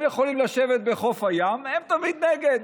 הם יכולים לשבת בחוף הים, הם תמיד נגד.